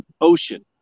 ocean